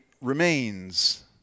remains